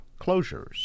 closures